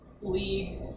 league